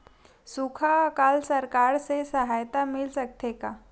सुखा अकाल सरकार से सहायता मिल सकथे का?